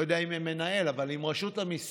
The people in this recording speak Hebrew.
לא יודע אם עם המנהל אבל עם רשות המיסים,